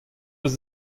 eus